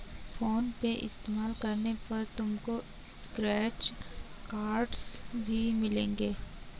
phone पे इस्तेमाल करने पर तुमको स्क्रैच कार्ड्स भी मिलेंगे